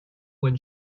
when